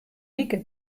wike